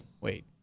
Wait